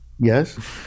Yes